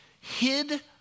hid